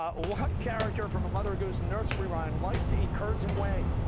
um what character from a mother goose nursery rhyme likes to eat curds and whey?